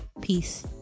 Peace